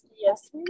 Yes